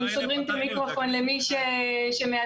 אם סוגרים את המיקרופון למי שמאתגר,